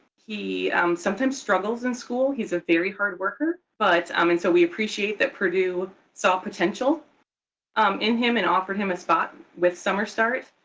he sometimes struggles in school. he's a very hard worker. but um and so we appreciate that purdue saw potential um in him and offered him a spot with summer start.